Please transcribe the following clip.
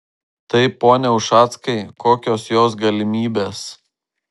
tai pone ušackai kokios jos galimybės